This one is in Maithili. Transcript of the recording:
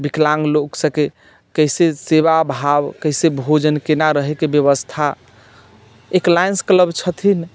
विकलाङ्ग लोक सभके कैसे सेवा भाव कैसे भोजन केना रहैके व्यवस्था एक लायंस क्लब छथिन